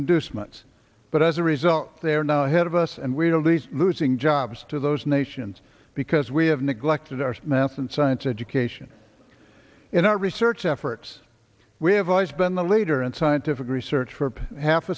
inducements but as a result they are now ahead of us and we know these losing jobs to those nations because we have neglected our math and science education in our research efforts we have always been the leader in scientific research for half